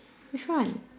which one